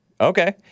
okay